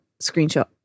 screenshot